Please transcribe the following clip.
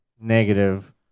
Negative